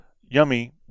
yummy